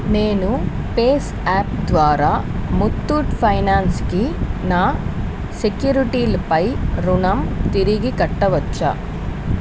నేను పేజ్ యాప్ ద్వారా ముత్తూట్ ఫైనాన్స్కి నా సెక్యూరిటీలపై రుణం తిరిగి కట్టవచ్చా